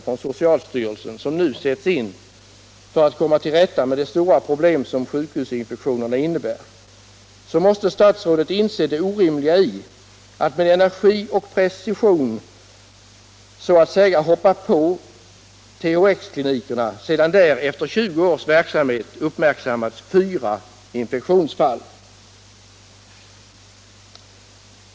från socialstyrelsen, som nu sätts in för att komma till rätta med de stora problem som sjukhusinfektionerna innebär, måste statsrådet inse det orimliga i att med energi och precision ”hoppas på” THX-klinikerna, sedan där efter 20 års verksamhet uppmärksammats fyra infektionsfall.